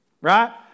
Right